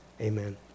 amen